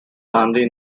family